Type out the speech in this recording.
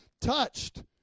touched